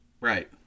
Right